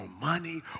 money